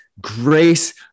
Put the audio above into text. grace